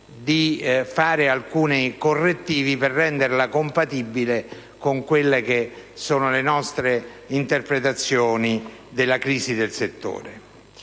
di apportare alcuni correttivi per renderla compatibile con le nostre interpretazioni della crisi del settore.